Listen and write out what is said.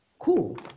Cool